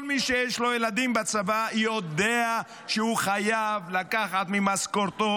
כל מי שיש לו ילדים בצבא יודע שהוא חייב לקחת ממשכורתו,